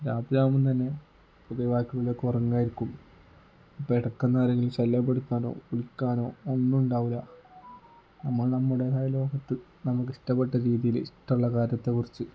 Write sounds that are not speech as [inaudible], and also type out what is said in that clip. രാത്രിയാകുമ്പം തന്നെ പൊതു [unintelligible] ഉറങ്ങുകയായിരിക്കും ഇപ്പം ഇടക്കുന്നാരെങ്കിലും ശല്ല്യപ്പെടുത്താനോ വിളിക്കാനോ ഒന്നും ഉണ്ടാകില്ല നമ്മൾ നമ്മുടേതായ ലോകത്ത് നമുക്കിഷ്ടപ്പെട്ട രീതിയിൽ ഇഷ്ടമുള്ള കാര്യത്തെക്കുറിച്ച്